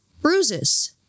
bruises